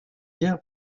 guère